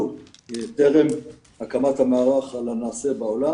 טרם הקמת המערך אנחנו למדנו על הנעשה בעולם.